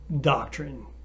doctrine